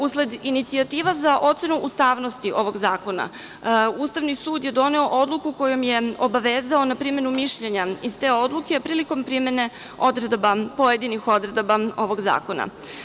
Usled inicijativa za ocenu ustavnosti ovog zakona, Ustavni sud je doneo odluku kojom je obavezao na primenu mišljenja iz te odluke, prilikom primene odredaba pojedinih odredaba ovog zakona.